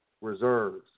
reserves